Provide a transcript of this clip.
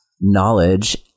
knowledge